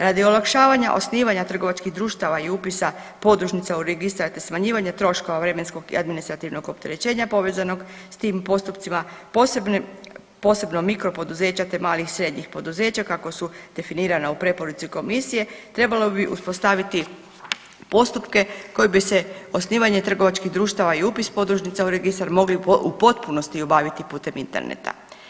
Radi olakšavanja osnivanja trgovačkih društava i upisa podružnica u registar, te smanjivanje troškova vremenskog i administrativnog opterećenja povezanog sa tim postupcima posebno mikro poduzeća, te malih i srednjih poduzeća kako su definirana u preporuci Komisije trebalo bi uspostaviti postupke koji bi se osnivanje trgovačkih društava i upis podružnica u registar mogli u potpunosti obaviti putem Interneta.